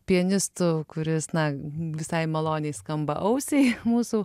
pianistų kuris na visai maloniai skamba ausiai mūsų